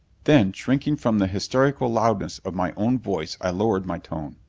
then, shrinking from the hysterical loudness of my own voice, i lowered my tone.